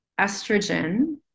estrogen